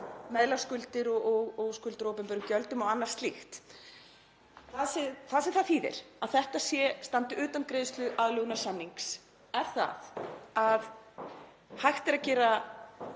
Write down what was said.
meðlagsskuldir og skuldir á opinberum gjöldum og annað slíkt. Það sem það þýðir að þetta standi utan greiðsluaðlögunarsamnings er að hægt er að gera